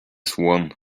swan